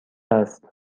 است